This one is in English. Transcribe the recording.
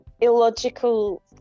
illogical